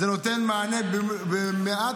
זה נותן מענה אפילו במעט,